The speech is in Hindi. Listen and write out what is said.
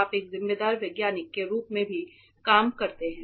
आप एक जिम्मेदार वैज्ञानिक के रूप में भी काम करते हैं